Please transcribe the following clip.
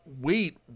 Wait